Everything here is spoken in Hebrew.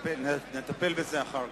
חבר הכנסת בגין,